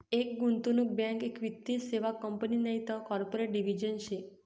एक गुंतवणूक बँक एक वित्तीय सेवा कंपनी नैते कॉर्पोरेट डिव्हिजन शे